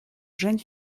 jeune